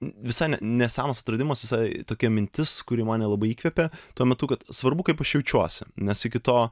visai nesenas atradimas visai tokia mintis kuri mane labai įkvepia tuo metu kad svarbu kaip aš jaučiuosi nes iki to